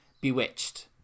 Bewitched